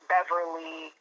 Beverly